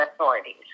authorities